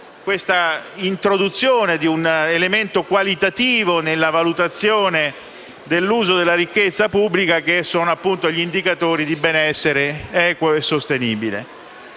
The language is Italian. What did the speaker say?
l'introduzione di un elemento qualitativo della valutazione dell'uso della ricchezza pubblica, rappresentato, appunto, dagli indicatori di benessere equo e sostenibile.